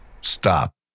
stop